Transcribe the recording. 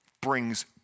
brings